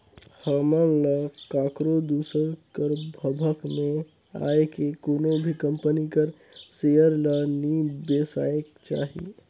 हमन ल काकरो दूसर कर भभक में आए के कोनो भी कंपनी कर सेयर ल नी बेसाएक चाही